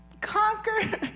Conquer